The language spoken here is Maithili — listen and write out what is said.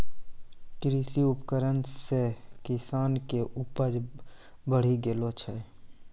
कृषि उपकरण से किसान के उपज बड़ी गेलो छै